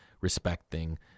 respecting